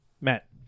Matt